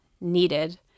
needed